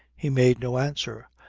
he made no answer,